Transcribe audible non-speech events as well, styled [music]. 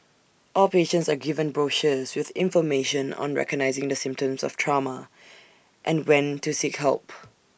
all patients are given brochures with information on recognising the symptoms of trauma and when to seek help [noise]